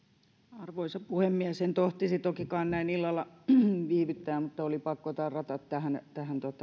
arvoisa puhemies en tohtisi tokikaan näin illalla viivyttää mutta oli pakko tarrata tähän tähän